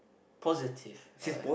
positive uh